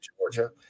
Georgia